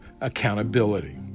accountability